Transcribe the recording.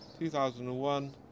2001